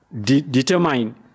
determine